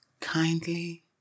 kindly